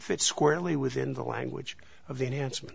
fit squarely within the language of the enhancement